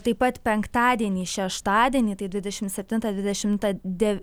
taip pat penktadienį šeštadienį tai dvidešimt septintą dvidešimtą dev